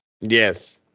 Yes